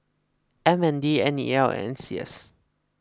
M N D N E L and N C S